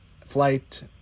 flight